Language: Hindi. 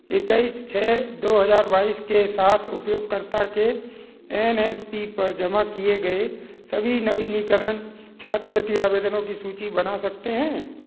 इक्कीस छः दो हजार बाईस के साथ उपयोगकर्ता के एन एस पी पर जमा किए गए सभी नवीनीकरण छात्रवृत्ति आवेदनों की सूची बना सकते हैं